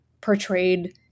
portrayed